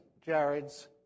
Jared's